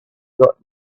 got